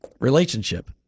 relationship